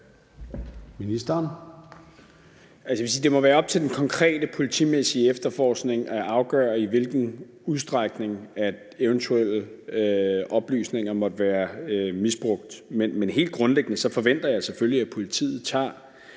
det må være op til den konkrete politimæssige efterforskning at afgøre, i hvilken udstrækning eventuelle oplysninger måtte være misbrugt. Men helt grundlæggende forventer jeg selvfølgelig, at politiet tager